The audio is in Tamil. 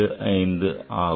911703875 ஆகும்